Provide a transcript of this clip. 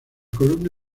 columna